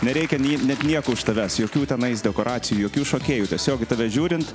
nereikia nei net nieko uš tavęs jokių tenais dekoracijų jokių šokėjų tiesiog į tave žiūrint